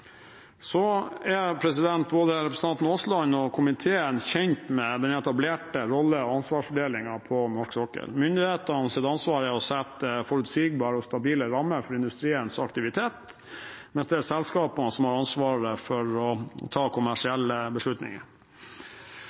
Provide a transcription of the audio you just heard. Så er både representanten Aasland og komiteen kjent med den etablerte rolle- og ansvarsdelingen på norsk sokkel. Myndighetenes ansvar er å sette forutsigbare og stabile rammer for industriens aktivitet, mens det er selskapene som har ansvaret for å ta kommersielle beslutninger.